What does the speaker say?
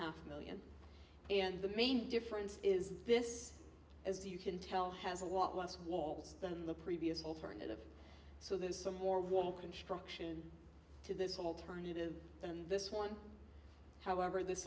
half million and the main difference is this as you can tell has a lot less walls than the previous alternative so there's some more warm construction to this alternative than this one however this